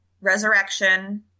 Resurrection